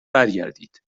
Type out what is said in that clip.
برگردید